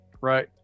Right